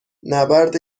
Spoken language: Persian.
نبرد